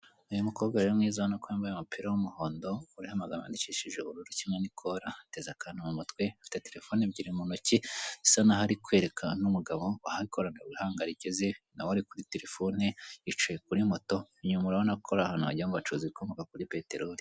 Uyu mukobwa rero mwiza nuko wambaye umupira w'umuhondo uriho amagambo yandikishije ubururu kimwe n'ikora ateze akantu mu mutwe afite telefone ebyiri mu ntoki zisa naho ari kwerekana n'umugabo wahakoraga wihangayikiye nawe ari kuri telefone yicaye kuri moto zikomoka kuri peteroli.